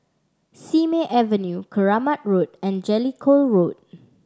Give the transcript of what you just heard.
Simei Avenue Keramat Road and Jellicoe Road